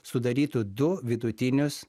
sudarytų du vidutinius